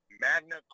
magna